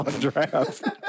draft